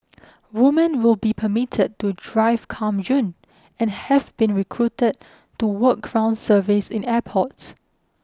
woman will be permitted to drive come June and have been recruited to work ground service in airports